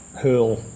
hurl